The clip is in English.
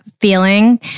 feeling